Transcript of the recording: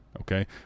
okay